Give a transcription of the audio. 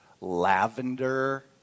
lavender